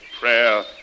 prayer